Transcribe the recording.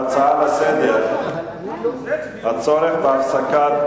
אנחנו ממשיכים בהצעות לסדר-היום: הצורך בהפסקת,